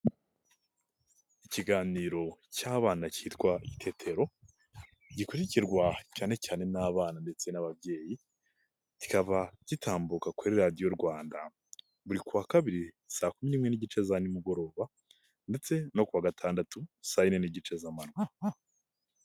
Ikiganiro cy'abana kitwa Itetero gikurikirwa cyane cyane n'abana ndetse n'ababyeyi, kikaba gitambuka kuri Radio Rwanda, buri ku wa kabiri saa kumi n'imwe n'igice za nimugoroba, ndetse no kuwa gatandatu saa yine n'igice z'amanywa.